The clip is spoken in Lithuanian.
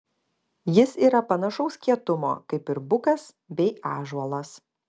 jis yra panašaus kietumo kaip ir bukas bei ąžuolas